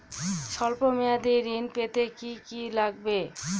সল্প মেয়াদী ঋণ পেতে কি কি লাগবে?